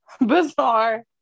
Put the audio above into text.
Bizarre